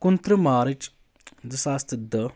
کُنتٕرٛہ مارٕچ زٕ ساس تہٕ دہ